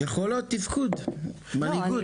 יכולות תפקוד, מנהיגות.